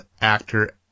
actor